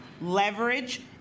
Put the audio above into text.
leverage